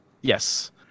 Yes